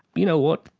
you know what,